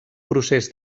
procés